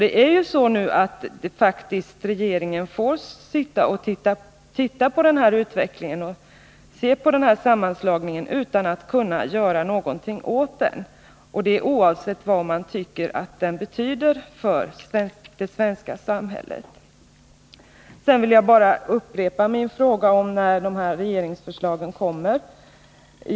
Det är faktiskt så att regeringen nu får sitta och se på sammanslagningen utan att kunna göra någonting åt den, oavsett vad man tycker att den betyder för det svenska samhället. Jag upprepar min fråga när regeringsförslagen kommer.